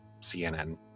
CNN